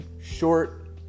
short